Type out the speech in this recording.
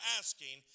asking